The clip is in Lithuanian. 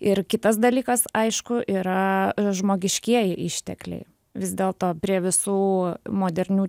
ir kitas dalykas aišku yra žmogiškieji ištekliai vis dėlto prie visų modernių